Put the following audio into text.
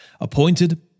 appointed